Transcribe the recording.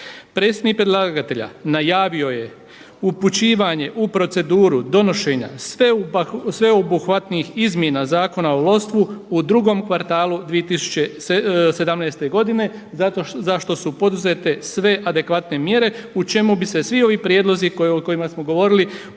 Predstavnik predlagatelja, najavio je upućivanje u proceduru donošenje sveobuhvatnih izmjena Zakona o lovstvu u drugom kvartalu 2017. godine za što su poduzete sve adekvatne mjere u čemu bi se svi ovi prijedlozi o kojima smo govorili uvrstili